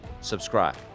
subscribe